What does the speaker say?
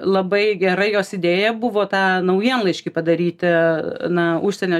labai gera jos idėja buvo tą naujienlaiškį padaryti na užsienio